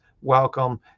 welcome